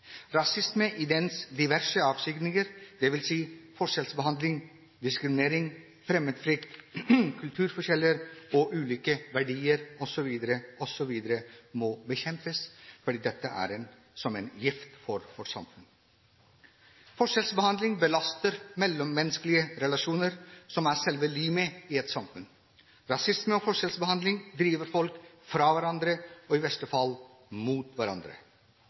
personer med minoritetsbakgrunn opplever rasisme og diskriminering. Rasisme i dens diverse avskygninger, dvs. forskjellsbehandling, diskriminering, fremmedfrykt, kulturforskjeller og ulike verdier osv. må bekjempes, fordi dette er som gift for vårt samfunn. Forskjellsbehandling belaster mellommenneskelige relasjoner, som er selve limet i et samfunn. Rasisme og forskjellsbehandling driver folk fra hverandre, og i verste fall mot hverandre.